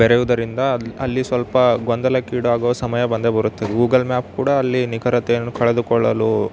ಬೆರೆಯುವುದರಿಂದ ಅಲ್ಲಿ ಸ್ವಲ್ಪ ಗೊಂದಲಕ್ಕೀಡಾಗುವ ಸಮಯ ಬಂದೇ ಬರುತ್ತದೆ ಗೂಗಲ್ ಮ್ಯಾಪ್ ಕೂಡ ಅಲ್ಲಿ ನಿಖರತೆಯನ್ನು ಕಳೆದುಕೊಳ್ಳಲು